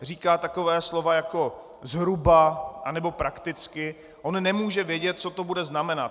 Říkat taková slova jako zhruba nebo prakticky, on nemůže vědět, co to bude znamenat.